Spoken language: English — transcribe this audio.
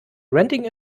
renting